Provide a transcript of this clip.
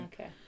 okay